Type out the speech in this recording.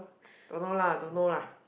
don't know lah don't know lah